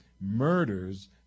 murders